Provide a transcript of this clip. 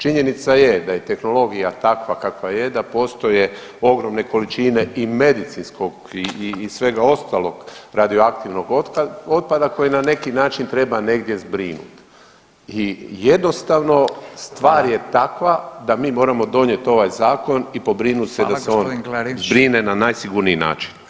Činjenica je da je tehnologija takva kakva je, da postoje ogromne količine i medicinskog i svega ostalog radioaktivnog otpada koji na neki način treba negdje zbrinut i jednostavno stvar je takva da mi moramo donijet ovaj zakon i pobrinut se da se on zbrine [[Upadica: Hvala g. Klarić]] na najsigurniji način.